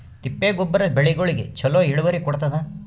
ತಿಪ್ಪಿ ಗೊಬ್ಬರ ಬೆಳಿಗೋಳಿಗಿ ಚಲೋ ಇಳುವರಿ ಕೊಡತಾದ?